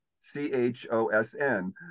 c-h-o-s-n